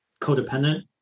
codependent